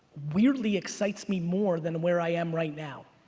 weirdly excites me more than where i am right now.